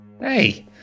Hey